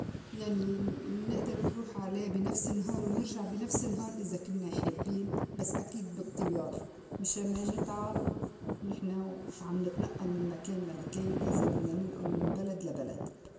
يعني منئدر نروح عليه بنفس النهار ونرجع بنفس النهار إذا كنّا حابّين بس أكيد بالطيّارة مشان ما نتعب ونحن وعم نتنئّل من مكان لمكان إذا بدنا ننئل من بلد لبلد.